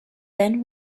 then